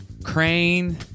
Crane